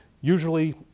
usually